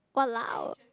!walao!